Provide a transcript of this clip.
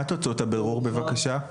מה תוצאות הבירור בבקשה?